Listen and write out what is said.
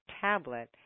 tablet